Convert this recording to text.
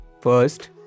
First